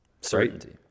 Certainty